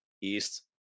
East